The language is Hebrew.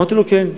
אמרתי לו: כן.